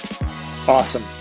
Awesome